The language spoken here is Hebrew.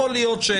יכול להיות חוק,